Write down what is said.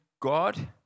god